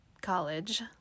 college